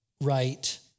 right